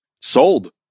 Sold